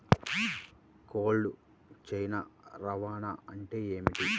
Cold chain రవాణా అంటే ఏమిటీ?